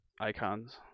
icons